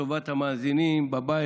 לטובת המאזינים בבית,